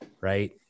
Right